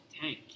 tank